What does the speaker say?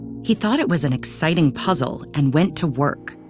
he thought it was an exciting puzzle and went to work.